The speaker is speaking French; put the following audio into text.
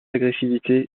agressivité